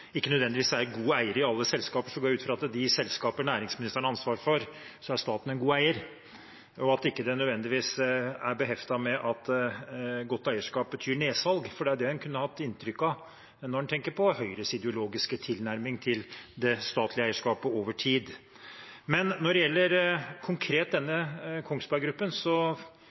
ikke nødvendigvis er en god eier i alle selskaper, går jeg ut fra at i de selskaper næringsministeren har ansvar for, er staten en god eier, og at det ikke nødvendigvis er beheftet med at godt eierskap betyr nedsalg. Det er det en kunne få inntrykk av når en tenker på Høyres ideologiske tilnærming til det statlige eierskapet over tid. Når det gjelder Kongsberg Gruppen konkret,